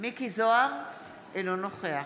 מיקי זוהר, אינו נוכח